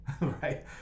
right